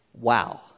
Wow